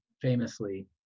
famously